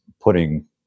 putting